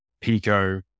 pico